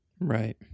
Right